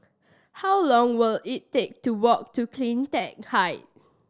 how long will it take to walk to Cleantech Height